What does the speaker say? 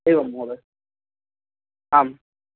एवं महोदय आम्